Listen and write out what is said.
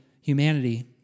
humanity